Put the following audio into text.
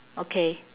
okay